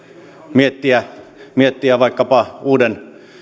miettiä miettiä vaikkapa uuden